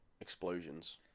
explosions